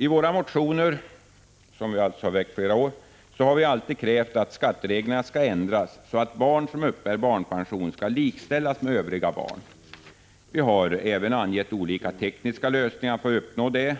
I våra motioner har vi alltid krävt att skattereglerna skall ändras så att barn som uppbär barnpension skall likställas med övriga barn. Vi har även angett olika tekniska lösningar för att uppnå detta.